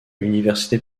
l’université